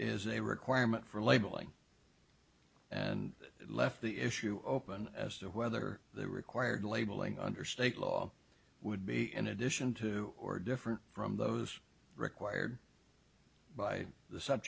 is a requirement for labeling and left the issue open as to whether the required labeling under state law would be in addition to or different from those required by the